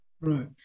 Right